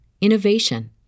innovation